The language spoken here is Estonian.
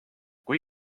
kui